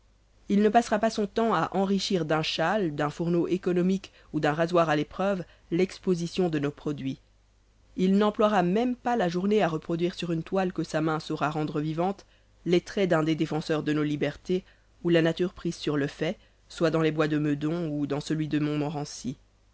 il ne passera pas son temps à enrichir d'un schall d'un fourneau économique ou d'un rasoir à l'épreuve l'exposition de nos produits il n'emploiera même pas la journée à reproduire sur une toile que sa main saura rendre vivante les traits d'un des défenseurs de nos libertés ou la nature prise sur le fait soit dans les bois de meudon ou dans celui de montmorency